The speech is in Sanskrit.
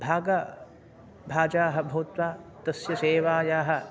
भागभाजाः भूत्वा तस्य सेवायाः